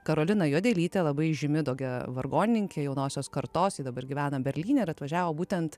karolina juodelytė labai žymi tokia vargonininkė jaunosios kartos ji dabar gyvena berlyne ir atvažiavo būtent